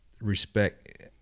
respect